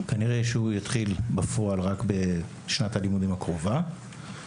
כנראה שהוא יתחיל בפועל רק בשנת הלימודים הקרובה.